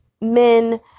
men